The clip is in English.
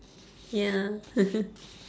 ya